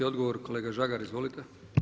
Odgovor kolega Žagar, izvolite.